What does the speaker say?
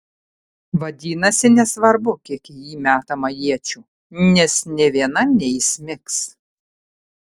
vadinasi nesvarbu kiek į jį metama iečių nes nė viena neįsmigs